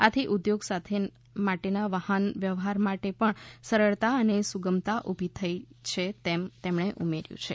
આથી ઉદ્યોગ માટેના વાહન વ્યવહાર માટે પણ સરળતા અને સુગમતા ઊભી થઈ છે તેમ તેમણે ઉમેર્યું હતું